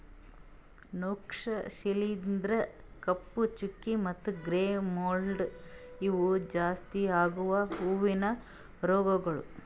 ಸೂಕ್ಷ್ಮ ಶಿಲೀಂಧ್ರ, ಕಪ್ಪು ಚುಕ್ಕಿ ಮತ್ತ ಗ್ರೇ ಮೋಲ್ಡ್ ಇವು ಜಾಸ್ತಿ ಆಗವು ಹೂವಿನ ರೋಗಗೊಳ್